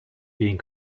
being